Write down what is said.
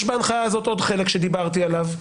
יש בהנחיה הזאת עוד חלק שדיברתי עליו,